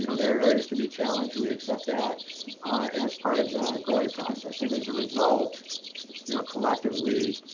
you know there are areas to be challenged. we accept that as part of the growing process. and as a result you know collectively,